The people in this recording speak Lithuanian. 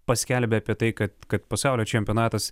paskelbė apie tai kad kad pasaulio čempionatas